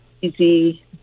easy